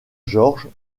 georges